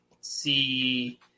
see